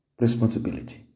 responsibility